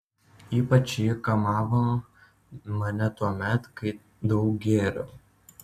ypač ji kamavo mane tuomet kai daug gėriau